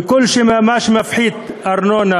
וכל מה שממש מפחית ארנונה,